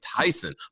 Tyson